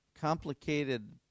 complicated